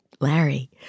Larry